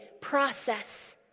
process